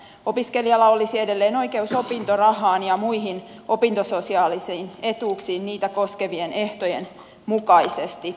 opiskelijalla olisi edelleen oikeus opintorahaan ja muihin opintososiaalisiin etuuksiin niitä koskevien ehtojen mukaisesti